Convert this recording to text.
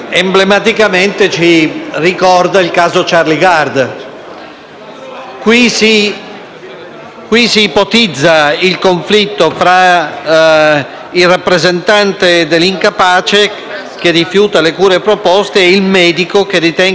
Si ipotizza il conflitto fra il rappresentante dell'incapace che rifiuta le cure proposte e il medico che ritenga invece le cure appropriate e necessarie,